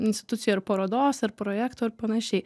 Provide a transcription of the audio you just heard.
institucija ar parodos ar projekto ar panašiai